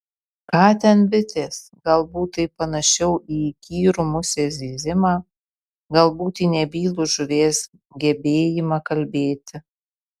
ką ten bitės galbūt tai panašiau į įkyrų musės zyzimą galbūt į nebylų žuvies gebėjimą kalbėti